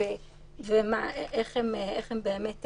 ויתקנו אותי אם אני